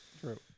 True